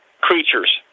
creatures